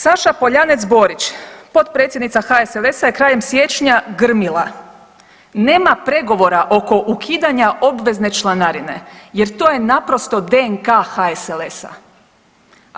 Saša Poljanec Borić, potpredsjednica HSLS-a je krajem siječnja grmila, nema pregovora oko ukidanja obvezne članarine jer to je naprosto DNK HSLS-a.